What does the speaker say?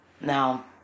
Now